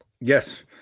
Yes